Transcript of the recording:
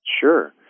Sure